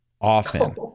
often